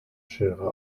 schere